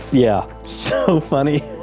yeah. so funny.